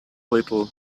little